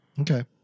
Okay